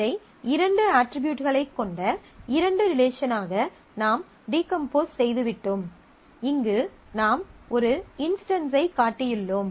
இதை இரண்டு அட்ரிபியூட்களைக் கொண்ட இரண்டு ரிலேசனாக நாம் டீகம்போஸ் செய்து விட்டோம் இங்கு நாம் ஒரு இன்ஸ்டன்ஸைக் காட்டியுள்ளோம்